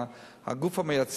ולהגיד: